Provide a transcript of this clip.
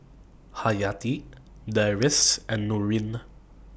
Hayati Deris and Nurin